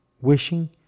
wishing